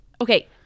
Okay